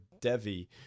devi